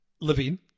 Levine